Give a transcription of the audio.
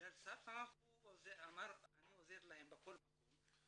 בגלל --- אמר "אני עוזר להם בכל מקום".